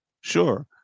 Sure